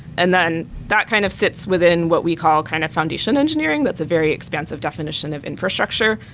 and then that kind of sits within what we call kind of foundation engineering, that's a very expensive definition of infrastructure,